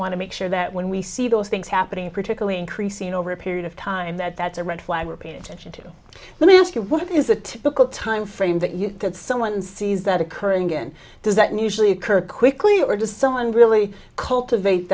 want to make sure that when we see those things happening particularly increasing over a period of time that that's a red flag we're paying attention to let me ask you what is the typical timeframe that you that someone sees that occurring and does that mean usually occur quickly or does someone really cultivate